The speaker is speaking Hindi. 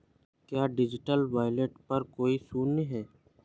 क्या डिजिटल वॉलेट पर कोई शुल्क है?